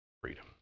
Freedom